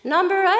Number